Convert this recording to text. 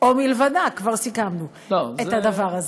או מלבדה, כבר סיכמנו את הדבר הזה.